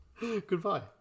Goodbye